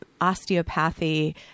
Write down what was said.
osteopathy